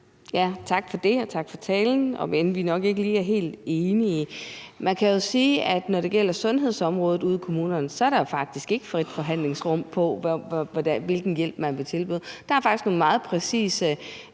Tak for det. Og tak for talen, om end vi nok ikke lige er helt enige. Man kan jo sige, at når det gælder sundhedsområdet ude i kommunerne, er der jo faktisk ikke frit forhandlingsrum for, hvilken hjælp man vil tilbyde. Der er faktisk nogle meget præcise